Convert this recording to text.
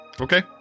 okay